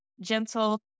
gentle